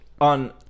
On